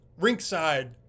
Rinkside